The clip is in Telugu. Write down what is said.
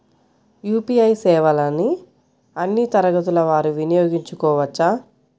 యూ.పీ.ఐ సేవలని అన్నీ తరగతుల వారు వినయోగించుకోవచ్చా?